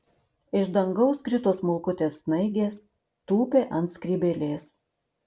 iš dangaus krito smulkutės snaigės tūpė ant skrybėlės